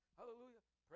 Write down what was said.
hallelujah